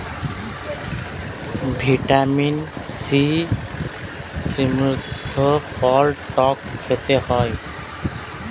vitamin C সমৃদ্ধ ফল টক খেতে হয়